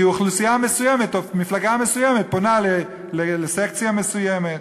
כי אוכלוסייה מסוימת או מפלגה מסוימת פונה לסקציה מסוימת,